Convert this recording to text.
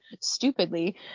stupidly